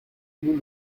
nous